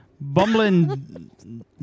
bumbling